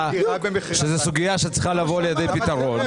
-- שזו סוגיה שצריכה לבוא לידי פתרון,